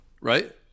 right